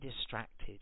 distracted